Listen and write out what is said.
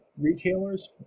retailers